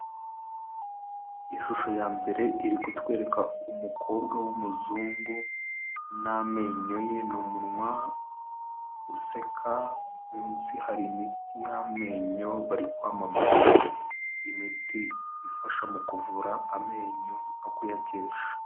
Ishusho ya mbere iri kutwereka umukobwa w'umuzungu n'amenyo ye n'umunwa useka, munsi hari imiti y'amenyo, bari kwamamaza imiti ifasha mu kuvura amenyo no kuyakesha.